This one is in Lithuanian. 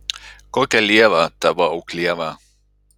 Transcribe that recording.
kokia lieva tavo auklieva